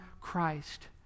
Christ